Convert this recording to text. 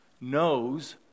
knows